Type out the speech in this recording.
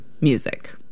music